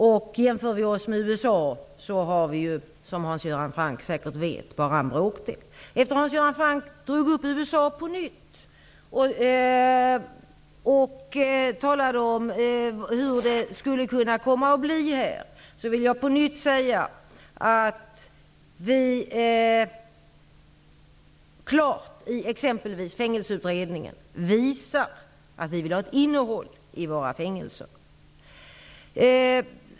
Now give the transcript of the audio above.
Om vi jämför oss med USA har vi ju -- som Hans Göran Franck säkert vet -- bara en bråkdel av den fångpopulationen. och talade om hur det skulle kunna bli i Sverige, vill jag på nytt säga att vi i exempelvis Fängelseutredningen klart visar att vi vill ha ett innehåll i våra fängelser.